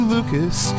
Lucas